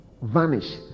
vanish